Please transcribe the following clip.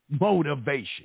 motivation